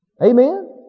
Amen